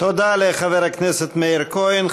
תודה לחבר הכנסת מאיר כהן.